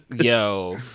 Yo